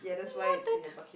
noted